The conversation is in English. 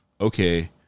okay